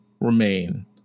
remain